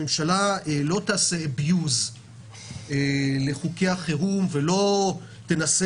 הממשלה לא תנצל את חוקי החירום ולא תנסה